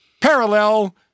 Parallel